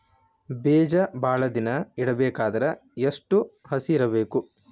ಬೇಜ ಭಾಳ ದಿನ ಇಡಬೇಕಾದರ ಎಷ್ಟು ಹಸಿ ಇರಬೇಕು?